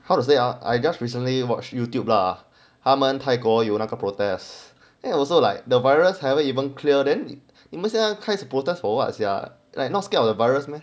how to say ah I just recently watch youtube lah 他们泰国有那个 protest then and also like the virus haven't even clear then 你们现在开始 protest for what's there like not scared of the virus 吗